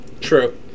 True